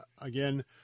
Again